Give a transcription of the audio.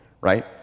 Right